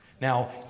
now